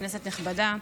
כנסת נכבדה,